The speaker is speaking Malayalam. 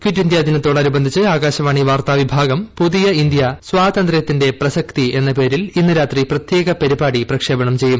കിറ്റ് ഇന്ത്യാ ദിനത്തോടനുബന്ധിച്ച് ആകാശവാണി വാർത്താ വിഭാഗം പുതിയ ഇന്ത്യ സ്വാതന്ത്യത്തിന്റെ പ്രസക്തി എന്ന പേരിൽ ഇന്നു രാത്രി പ്രത്യേക പരിപാടി പ്രക്ഷേപണം ചെയ്യും